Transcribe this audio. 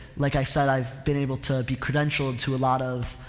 like i said, i've been able to be credentialed to a lot of,